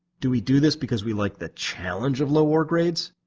do we do this because we like the challenge of low ore grades?